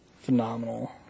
phenomenal